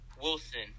Wilson